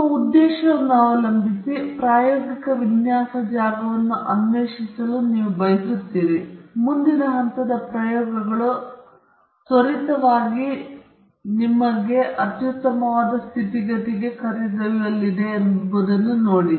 ಆದ್ದರಿಂದ ನಿಮ್ಮ ಉದ್ದೇಶವನ್ನು ಅವಲಂಬಿಸಿ ಪ್ರಾಯೋಗಿಕ ವಿನ್ಯಾಸ ಜಾಗವನ್ನು ಅನ್ವೇಷಿಸಲು ನೀವು ಬಯಸುತ್ತೀರಿ ಮತ್ತು ಮುಂದಿನ ಹಂತದ ಪ್ರಯೋಗಗಳು ತ್ವರಿತವಾಗಿ ನಿಮ್ಮನ್ನು ಅತ್ಯುತ್ತಮವಾದ ಸ್ಥಿತಿಗತಿಗಳಿಗೆ ಕರೆದೊಯ್ಯಲಿವೆ ಎಂಬುದನ್ನು ನೋಡಿ